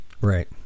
Right